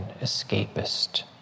escapist